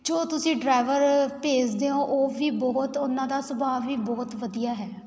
ਜੋ ਤੁਸੀਂ ਡਰਾਈਵਰ ਭੇਜਦੇ ਹੋ ਉਹ ਵੀ ਬਹੁਤ ਉਹਨਾਂ ਦਾ ਸੁਭਾਅ ਵੀ ਬਹੁਤ ਵਧੀਆ ਹੈ